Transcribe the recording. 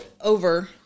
over